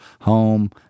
home